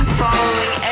following